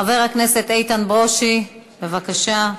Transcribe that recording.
חבר הכנסת איתן ברושי, בבקשה.